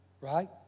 Right